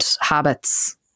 habits